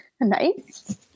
nice